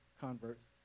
converts